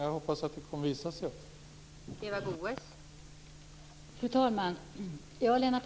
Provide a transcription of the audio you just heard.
Jag hoppas att det också kommer att visa sig.